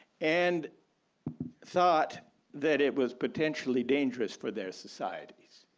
and thought that it was potentially dangerous for their societies.